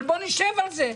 אבל בואו נשב על זה.